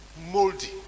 moldy